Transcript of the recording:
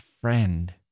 friend